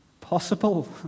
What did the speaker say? possible